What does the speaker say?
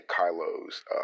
kylo's